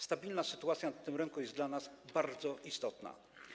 Stabilna sytuacja na tym rynku jest dla nas bardzo istotna.